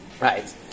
Right